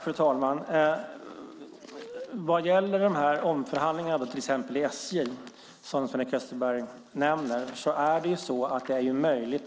Fru talman! Vad gäller omförhandlingen till exempel i SJ, som Sven-Erik Österberg nämner, är det möjligt